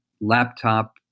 laptop